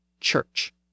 Church